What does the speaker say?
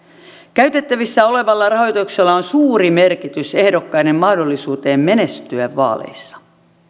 käytettävissä olevalla rahoituksella on suuri merkitys ehdokkaiden mahdollisuuteen menestyä vaaleissa